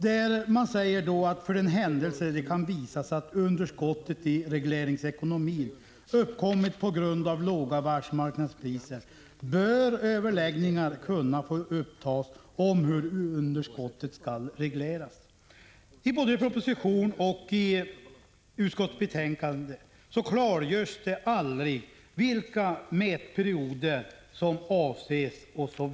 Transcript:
Där säger man: ”För den händelse det kan visas att underskottet i regleringsekonomin uppkommit på grund av låga världsmarknadspriser bör överläggningar kunna få upptas om hur underskottet skall regleras.” Varken i propositionen eller i utskottsbetänkandet klargörs det vilka mätperioder som avses.